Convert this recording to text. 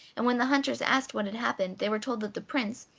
and when the hunters asked what had happened they were told that the prince,